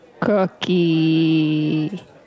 Cookie